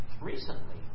Recently